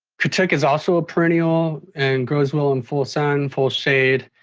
katuk is also a perennial and grows well in full sun, full shade.